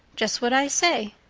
just what i say.